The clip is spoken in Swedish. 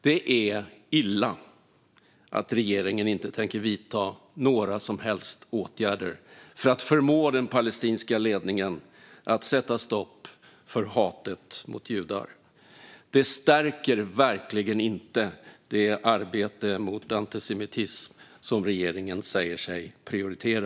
Det är illa att regeringen inte tänker vidta några som helst åtgärder för att förmå den palestinska ledningen att sätta stopp för hatet mot judar. Det stärker verkligen inte det arbete mot antisemitism som regeringen säger sig prioritera.